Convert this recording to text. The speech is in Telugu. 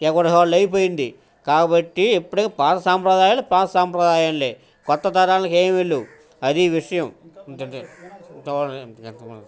ఎవరికి వాళ్ళు అయిపోయింది కాబట్టి ఎప్పుడైనా పాత సాంప్రదాయాలు పాత సాంప్రదాయాలే కొత్త తరాలకి ఏమీ లేవు అది విషయం